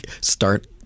start